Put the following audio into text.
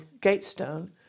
Gatestone